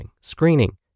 screening